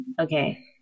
Okay